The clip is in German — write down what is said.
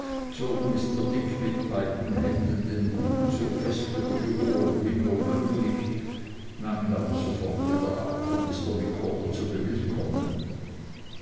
dick mit beiden händen den hut so fest über die ohren wie nur möglich nahm ihn aber sofort wieder ab um mr micawber zu